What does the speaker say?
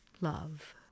love